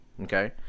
okay